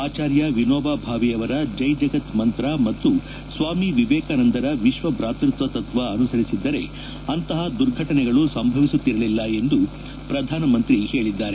ಆಚಾರ್ಯ ವಿನೋಬಾ ಭಾವೆಯವರ ಜೈಜಗತ್ ಮಂತ್ರ ಮತ್ತು ಸ್ವಾಮಿ ವೇಕಾನಂದರ ವಿಶ್ವ ಭಾತೃತ್ವ ತತ್ವ ಅನುಸರಿಸಿದ್ದರೆ ಅಂತಹ ದುರ್ಘಟನೆಗಳು ಸಂಭವಿಸುತ್ತಿರಲಿಲ್ಲ ಎಂದು ಪ್ರಧಾನಮಂತ್ರಿ ಹೇಳಿದ್ದಾರೆ